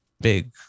big